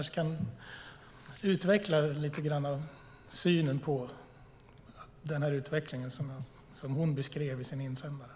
Isabella Jernbeck kanske kan säga något om sin syn på utvecklingen som kvinnan beskrev i insändaren.